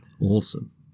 Awesome